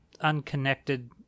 unconnected